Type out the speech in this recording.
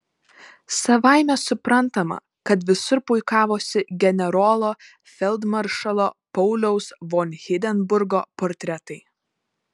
savaime suprantama kad visur puikavosi generolo feldmaršalo pauliaus von hindenburgo portretai